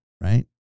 right